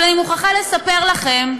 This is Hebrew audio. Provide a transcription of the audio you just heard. אבל אני מוכרחה לספר לכם,